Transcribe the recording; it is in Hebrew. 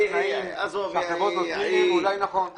בתנאים שהחברות נותנות, אולי זה נכון.